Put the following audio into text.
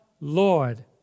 Lord